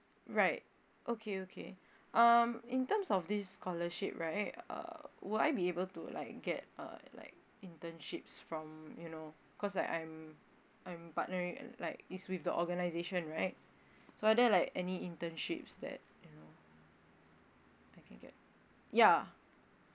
right okay okay um in terms of this scholarship right err would I be able to like get uh like internships from you know cause like I'm I'm partnering like it's with the organisation right so are there like any internships that you know I can get ya